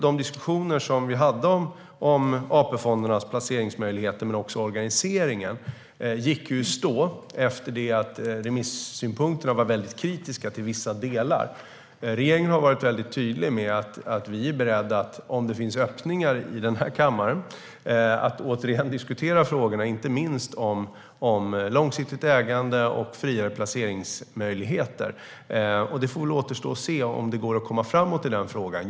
De diskussioner vi hade om AP-fondernas placeringsmöjligheter och organisering gick i stå efter kritiska remissynpunkter på vissa delar. Regeringen har varit tydlig med att om det finns en öppning i kammaren är vi beredda att åter diskutera frågorna, inte minst om långsiktigt ägande och friare placeringsmöjligheter. Det återstår att se om det går att komma framåt i frågan.